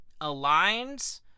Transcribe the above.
aligns